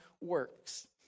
works